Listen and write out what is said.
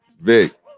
Vic